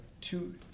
two